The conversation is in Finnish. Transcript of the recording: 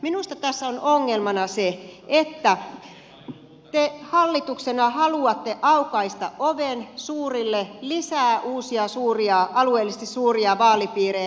minusta tässä on ongelmana se että te hallituksena haluatte aukaista oven suurille lisätä uusia alueellisesti suuria vaalipiirejä